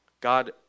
God